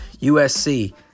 USC